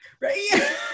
right